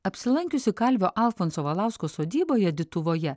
apsilankiusi kalvio alfonso valausko sodyboje dituvoje